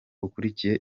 ukurikiye